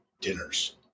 dinners